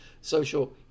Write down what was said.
social